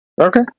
okay